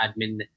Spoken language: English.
admin